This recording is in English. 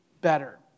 better